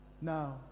Now